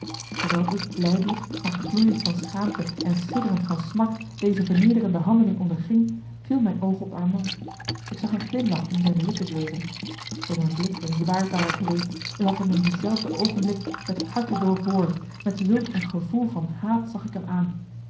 terwijl ik lijdelijk maar gloeiend van schaamte en sidderend van smart deze vernederende handeling onderging viel mijn oog op armand ik zag een glimlach om zijne lippen zweven zoo mijn blik een zwaard ware geweest het had hem in dienzelfden oogenblik het harte doorboord met zulk een gevoel van haat zag ik hem aan